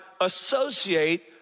associate